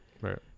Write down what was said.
right